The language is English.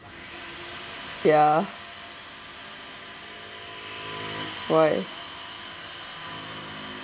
ya why